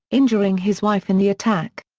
injuring his wife in the attack.